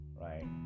right